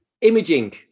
imaging